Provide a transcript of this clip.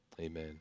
Amen